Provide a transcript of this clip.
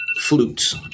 flutes